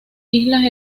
islas